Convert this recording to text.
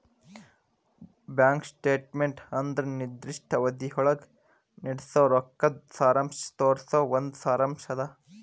bank statement ಅಂದ್ರ ನಿರ್ದಿಷ್ಟ ಅವಧಿಯೊಳಗ ನಡಸೋ ರೊಕ್ಕದ್ ಸಾರಾಂಶ ತೋರಿಸೊ ಒಂದ್ ಸಾರಾಂಶ್ ಅದ